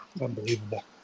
Unbelievable